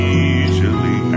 easily